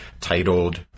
titled